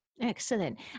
Excellent